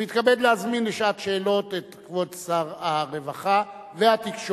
אני מתכבד להזמין לשעת שאלות את כבוד שר הרווחה והתקשורת,